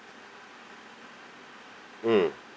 mm